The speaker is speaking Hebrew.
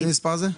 מה המשרות האלה?